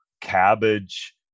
cabbage